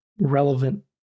relevant